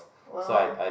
!wow!